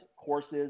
Courses